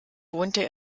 wohnte